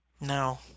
No